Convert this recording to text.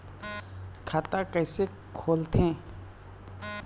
खाता कइसे खोलथें?